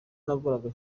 nakoraga